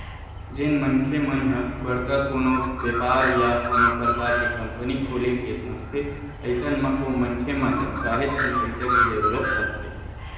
जेन मनखे मन ह बड़का कोनो बेपार या कोनो परकार के कंपनी खोले के सोचथे अइसन म ओ मनखे मन ल काहेच कन पइसा के जरुरत परथे